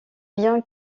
bien